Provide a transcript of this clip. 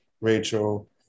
Rachel